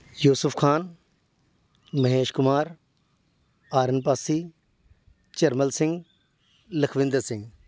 Yusuf Khan Mahesh Kumar Aran Pasi Jharmal Singh Lakhwinder Singh